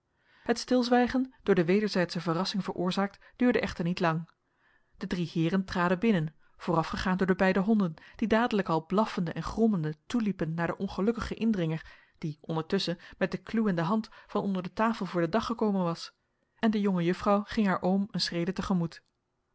het stilzwijgen door de wederzijdsche verrassing veroorzaakt duurde echter niet lang de drie heeren traden binnen voorafgegaan door de beide honden die dadelijk al blaffende en grommende toeliepen naar den ongelukkigen indringer die ondertusschen met de kluw in de hand van onder de tafel voor den dag gekomen was en de jonge juffrouw ging haar oom een schrede